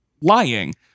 lying